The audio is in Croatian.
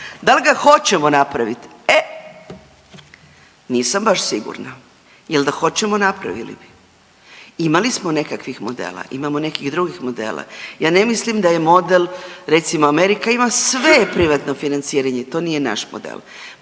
dal ga hoćemo napravit, e nisam baš sigurna jel da hoćemo napravili bi, imali smo nekakvih modela, imamo nekih drugih modela. Ja ne mislim da je model, recimo Amerika ima sve privatno financiranje, to nije naš model.